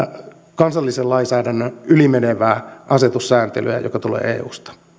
kansallisen lainsäädännön yli menevää asetussääntelyä joka tulee eusta